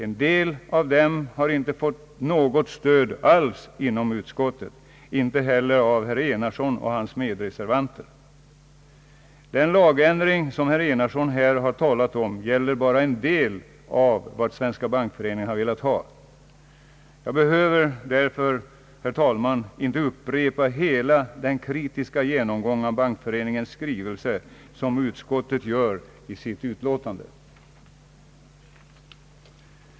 En del av önskemålen har inte fått något stöd alls inom utskottet, inte heller av herr Enarsson och hans medreservanter. Den lagändring som herr Enarsson här har talat om gäller bara en del av vad Svenska bankföreningen har velat ha. Jag behöver därför, herr talman, inte upprepa hela den kritiska genomgång av Bankföreningens skrivelse som utskottet gör i sitt utlåtande.